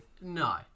No